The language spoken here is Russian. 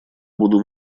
буду